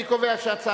נא להצביע.